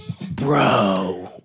Bro